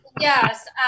Yes